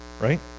Right